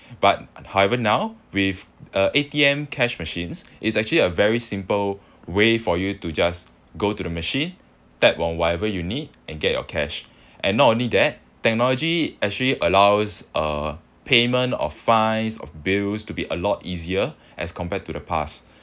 but however now with uh A_T_M cash machines it's actually a very simple way for you to just go to the machine tap on whatever you need and get your cash and not only that technology actually allows uh payment of fines of bills to be a lot easier as compared to the past